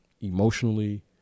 emotionally